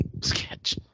sketch